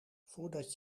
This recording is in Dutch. voordat